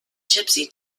gypsy